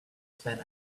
spend